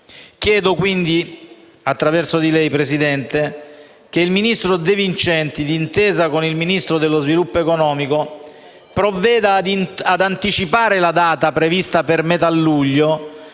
Chiedo quindi, attraverso di lei, signora Presidente, che il ministro De Vincenti, d'intesa con il Ministro dello sviluppo economico, provveda ad anticipare la data, prevista per metà luglio,